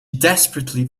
desperately